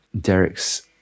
Derek's